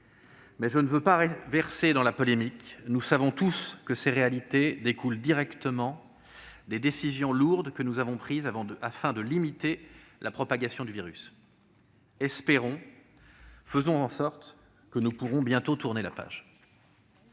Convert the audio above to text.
Mais je ne veux pas verser dans la polémique. Nous savons tous que ces réalités découlent directement des décisions lourdes que nous avons prises afin de limiter la propagation du virus. Espérons et faisons en sorte que nous pourrons bientôt tourner la page.